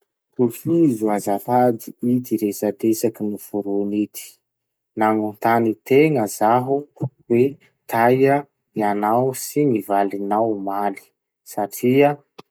Tohizo azafady ity resadresaky noforony ity: Nanontany tena zaho hoe taia ianao sy ny valinao omaly satria.